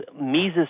Mises